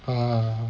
err